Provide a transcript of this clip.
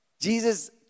Jesus